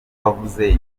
wavuze